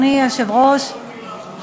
אני שומע כל מילה.